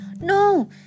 No